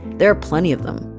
there are plenty of them.